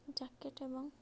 jacket ଏବଂ